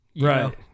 Right